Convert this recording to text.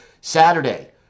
Saturday